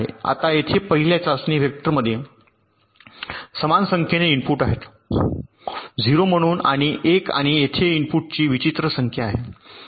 आता येथे पहिल्या चाचणी व्हेक्टरमध्ये समान संख्येने इनपुट आहेत 0 म्हणून 1 आणि येथे इनपुटची विचित्र संख्या आहे